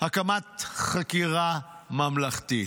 הקמת ועדת חקירה ממלכתית.